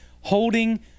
holding